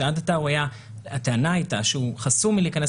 שעד עתה הטענה הייתה שהוא חסום מלהיכנס